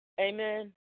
Amen